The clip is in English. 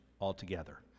altogether